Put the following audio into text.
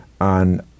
on